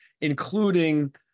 including